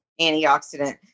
antioxidant